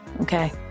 okay